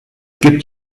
gibt